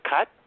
cut